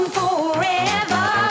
forever